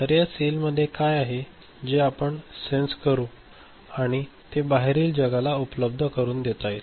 तर या सेलमध्ये काय आहे जे आपण सेन्स करू आणि ते बाहेरील जगाला उपलब्ध करुन देता येईल